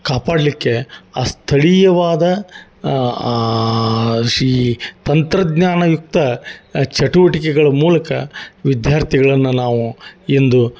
ಕಾಪಾಡಲ್ಲಿಕ್ಕೆ ಆ ಸ್ಥಳೀಯವಾದ ಶೀ ತಂತ್ರಜ್ಞಾನಯುಕ್ತ ಚಟುವಟಿಕೆಗಳ ಮೂಲಕ ವಿದ್ಯಾರ್ಥಿಗಳನ್ನ ನಾವು ಎಂದು